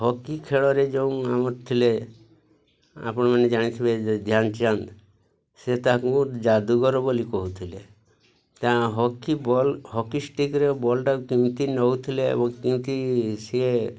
hockey ଖେଳରେ ଯୋଉ ଆମର ଥିଲେ ଆପଣମାନେ ଜାଣିଥିବେ ଧ୍ୟାନ ଚାନ୍ଦ ସେ ତାଙ୍କୁ ଯାଦୁଗର ବୋଲି କହୁଥିଲେ କାରଣ ହକି ବଲ୍ ହକି ଷ୍ଟିକ୍ରେ ବଲ୍ଟାକୁ କେମିତି ନେଉଥିଲେ ଏବଂ କେମିତି ସିଏ